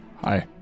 Hi